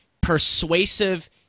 persuasive